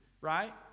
right